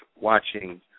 watching